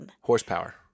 Horsepower